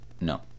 no